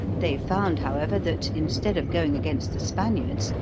they found, however, that, instead of going against the spaniards,